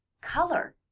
color.